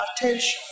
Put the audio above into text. attention